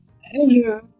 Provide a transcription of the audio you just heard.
Hello